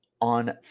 on